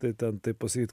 tai ten taip pasakyt